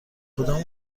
کدام